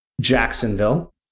Jacksonville